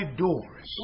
doors